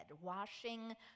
washing